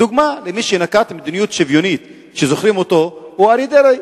דוגמה למי שנקט מדיניות שוויונית וזוכרים אותו היא אריה דרעי.